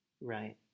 right